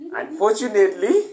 Unfortunately